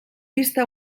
vista